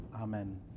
Amen